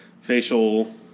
Facial